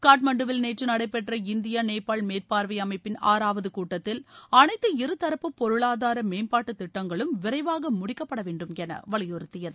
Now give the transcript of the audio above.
காத்மாண்டுவில் நேற்று நடைபெற்ற இந்தியா நேபாள் மேற்பாாவை அமைப்பிள் ஆறாவது கூட்டத்தில் அளைத்து இருதரப்பு பொருளாதார மேம்பாட்டு திட்டங்களும் விரைவாக முடிக்கப்படவேண்டுமென வலியுறுத்தியது